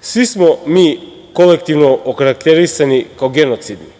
svi smo mi kolektivno okarakterisani kao genocidni,